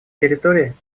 территорий